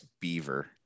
beaver